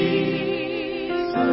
Jesus